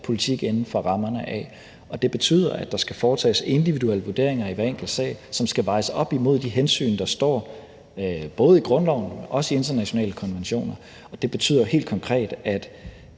politik inden for rammerne af. Og det betyder, at der skal foretages individuelle vurderinger i hver enkelt sag, som skal vejes op imod de hensyn, der står både i grundloven, men også i internationale konventioner. Det betyder helt konkret, at